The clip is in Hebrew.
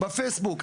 בפייסבוק,